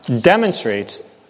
demonstrates